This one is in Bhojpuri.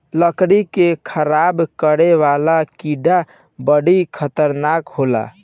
लकड़ी के खराब करे वाला कीड़ा बड़ी खतरनाक होला